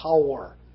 power